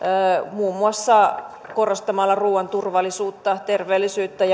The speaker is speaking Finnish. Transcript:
muun muassa korostamalla ruuan turvallisuutta terveellisyyttä ja